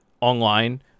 online